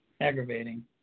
Aggravating